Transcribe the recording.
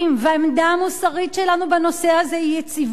והעמדה המוסרית שלנו בנושא הזה היא יציבה.